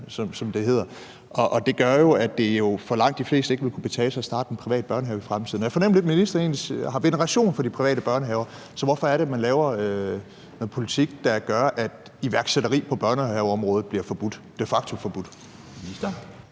det for langt de fleste ikke vil kunne betale sig at starte en privat børnehave i fremtiden. Jeg fornemmede lidt, at ministeren egentlig har veneration for de private børnehaver, så hvorfor laver man så en politik, der gør, at iværksætteri på børnehaveområdet de facto bliver forbudt?